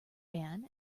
ban